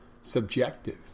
subjective